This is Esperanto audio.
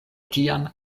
tiam